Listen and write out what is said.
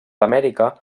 amèrica